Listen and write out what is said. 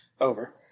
Over